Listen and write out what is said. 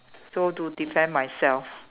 so to defend myself